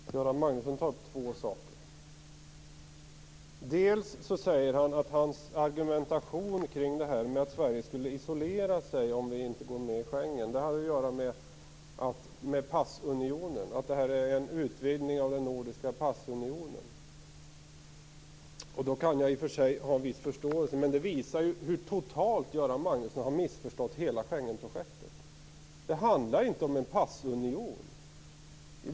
Herr talman! Göran Magnusson tar upp två saker. För det första säger han att hans argumentation kring att Sverige skulle isolera sig om vi inte går med i Schengen har att göra med passunionen, att det här är en utvidgning av den nordiska passunionen. Jag kan i och för sig ha en viss förståelse för det, men det visar ändå hur totalt Göran Magnusson har missförstått hela Schengenprojektet. Det handlar inte om en passunion.